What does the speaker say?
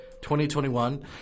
2021